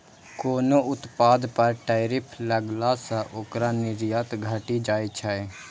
कोनो उत्पाद पर टैरिफ लगला सं ओकर निर्यात घटि जाइ छै